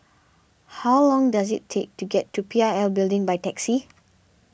how long does it take to get to P I L Building by taxi